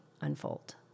unfold